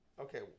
Okay